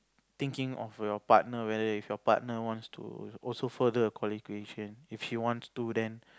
thinking of your partner whether if your partner wants to also wants to further her qualifications if she also wants to then